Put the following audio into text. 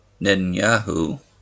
Netanyahu